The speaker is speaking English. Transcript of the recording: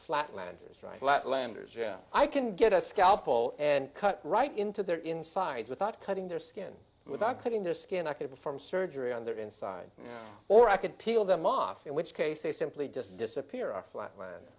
flatlanders yeah i can get a scalpel and cut right into their insides without cutting their skin without cutting their skin i could perform surgery on their inside or i could peel them off in which case they simply just disappear or flat land